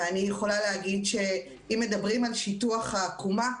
אני יכולה להגיד שאם מדברים על שיטוח העקומה,